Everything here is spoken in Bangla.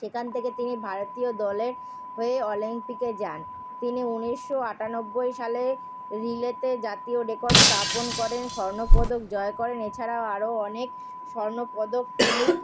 সেখান থেকে তিনি ভারতীয় দলের হয়ে অলিম্পিকে যান তিনি উনিশশো আটানব্বই সালের রিলেতে জাতীয় রেকর্ড স্থাপন করেন স্বর্ণপদক জয় করেন এছাড়াও আরো অনেক স্বর্ণপদক তিনি